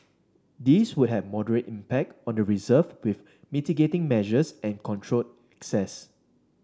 these would have moderate impact on the reserve with mitigating measures and controlled access